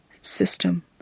system